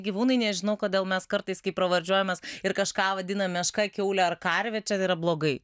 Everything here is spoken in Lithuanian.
gyvūnai nežinau kodėl mes kartais kai pravardžiuojamės ir kažką vadinam meška kiaule ar karve čia yra blogai